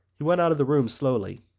he went out of the room slowly.